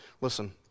Listen